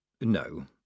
No